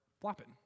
flopping